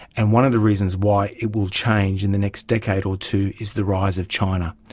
and one of the reasons why it will change in the next decade or two is the rise of china.